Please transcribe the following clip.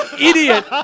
idiot